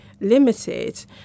limited